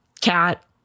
cat